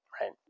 right